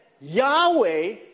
Yahweh